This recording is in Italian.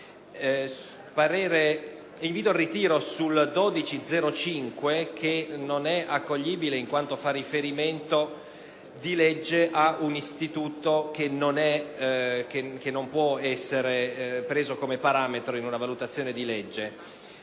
12.0.5 (testo 2), che non è accoglibile in quanto fa riferimento ad un istituto che non può essere preso come parametro in una valutazione di legge.